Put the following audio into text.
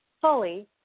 fully